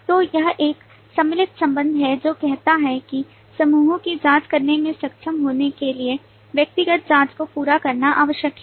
तो यह एक सम्मिलित संबंध है जो कहता है कि समूह की जाँच करने में सक्षम होने के लिए व्यक्तिगत जाँच को पूरा करना आवश्यक है